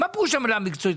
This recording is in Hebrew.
מה פירוש המילה מקצועי?